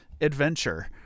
adventure